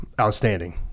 outstanding